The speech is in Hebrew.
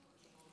בבקשה.